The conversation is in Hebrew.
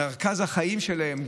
מרכז החיים שלהם,